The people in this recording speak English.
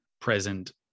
present